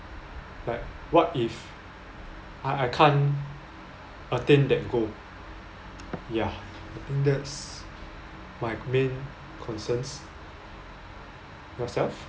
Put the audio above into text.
like what if I I can't attain that goal ya I think that's my main concerns yourself